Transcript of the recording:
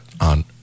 on